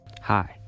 Hi